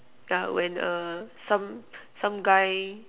but when err some some guy